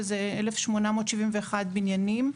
שזה 1,871 בניינים,